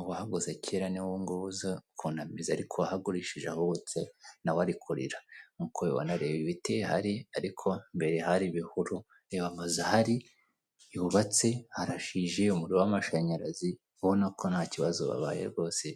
uwahaguze kera niwe ubungubu uzi ukuntu ameze ariko uwahagurishije ahubutse nawe ari kurira nk'uko ubibona reba ibiti bihari ariko mbere hari ibihuru reba amazu ahari yubatse harashije, umuriro w'amashanyarazi urabona ko nta kibazo babaye rwose.